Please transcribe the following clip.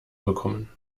bekommen